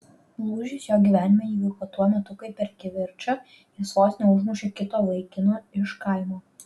lūžis jo gyvenime įvyko tuo metu kai per kivirčą jis vos neužmušė kito vaikino iš kaimo